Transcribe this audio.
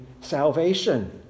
salvation